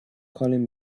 calling